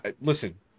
listen